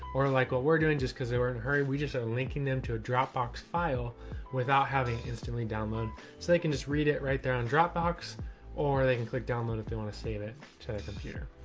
or like what we're doing just because they were in a hurry, we just had linking them to a dropbox file without having instantly download so they can just read it right there on dropbox or they can click download if they want to save it to a computer.